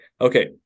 Okay